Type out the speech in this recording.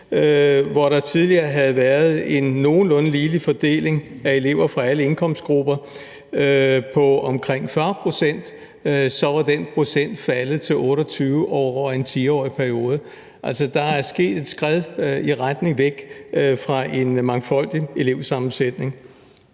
Hvor der tidligere havde været en nogenlunde ligelig fordeling af elever fra alle indkomstgrupper på omkring 40 pct., var den procent faldet til 28 pct. over en 10-årig periode. Der er altså sket et skred i en retning væk fra en mangfoldig elevsammensætning.